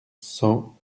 cent